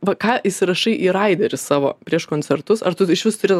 va ką įsirašai į raiderį savo prieš koncertus ar tu išvis turi